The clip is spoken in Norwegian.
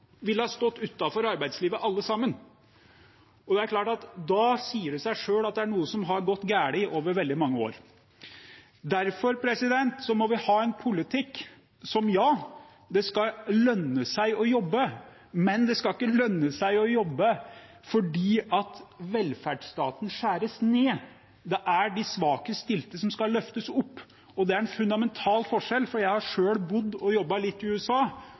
stått utenfor arbeidslivet, alle sammen. Da sier det seg selv at det er noe som har gått galt over veldig mange år. Derfor må vi ha en politikk som innebærer at ja, det skal lønne seg å jobbe, men det skal ikke lønne seg å jobbe fordi velferdsstaten skjæres ned. Det er de svakest stilte som skal løftes opp, og det er en fundamental forskjell. Jeg har selv bodd og jobbet litt i USA,